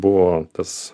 buvo tas